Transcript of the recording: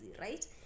right